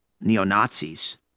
neo-Nazis